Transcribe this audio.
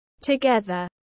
together